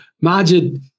Majid